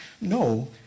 No